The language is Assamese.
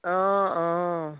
অঁ অঁ